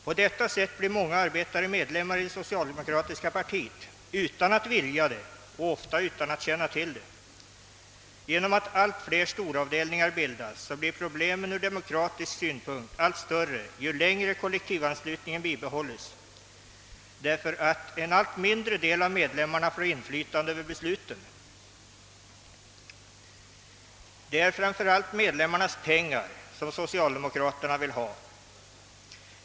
På detta sätt blir många arbetare medlemmar i det socialdemokratiska partiet utan att vilja det och ofta även utan att känna till det. Genom att allt fler storavdelhingar bildas blir problemet ur demokratisk synpunkt allt större ju längre kollektivanslutningen bibehålls, eftersom en allt mindre del av medlemmarna får inflytande på besluten. Det är framför allt medlemmarnas pengar som socialdemokraterna vill ha.